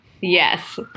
Yes